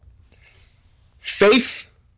Faith